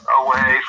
away